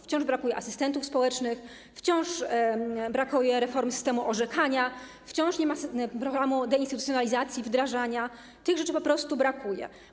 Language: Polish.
Wciąż brakuje asystentów społecznych, wciąż brakuje reformy systemu orzekania, wciąż nie ma programu deinstytucjonalizacji wdrażania - tych rzeczy po prostu brakuje.